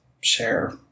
share